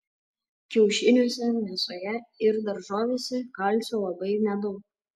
kiaušiniuose mėsoje ir daržovėse kalcio labai nedaug